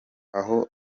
aho